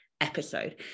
episode